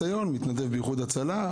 ראוי לציין שיש לך ניסיון כמתנדב באיחוד הצלה.